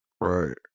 Right